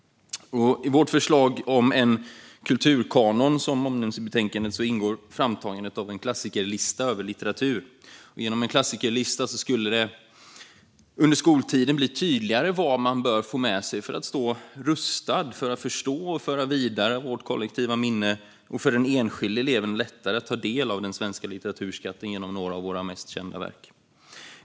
I vårt förslag till en kulturkanon, som omnämns i betänkandet, ingår framtagandet av en klassikerlista över litteratur. Med hjälp av en klassikerlista skulle det under skoltiden bli tydligare vad man bör få med sig för att stå rustad, för att förstå och föra vidare vårt kollektiva minne, och för den enskilda eleven bli lättare att ta del av den svenska litteraturskatten genom några av våra mest kända verk.